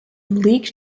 league